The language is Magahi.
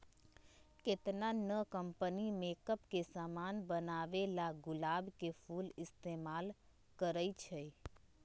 केतना न कंपनी मेकप के समान बनावेला गुलाब के फूल इस्तेमाल करई छई